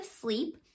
sleep